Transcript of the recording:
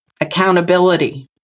accountability